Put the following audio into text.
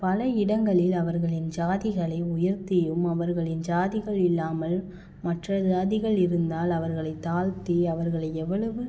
பல இடங்களில் அவர்களின் ஜாதிகளை உயர்த்தியும் அவர்களின் ஜாதிகள் இல்லாமல் மற்ற ஜாதிகள் இருந்தால் அவர்களை தாழ்த்தி அவர்களை எவ்வளவு